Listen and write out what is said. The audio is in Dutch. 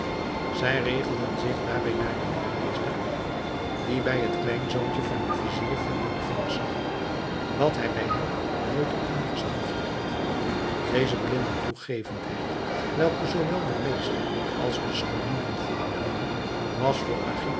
zij regelden zich daarbij naar den leermeester die bij het kleinzoontje van den vizier veel door de vingers zag wat hij bij hen niet ongestraft liet deze blinde toegevendheid welke zoowel de meester als de scholieren voor hem hadden was voor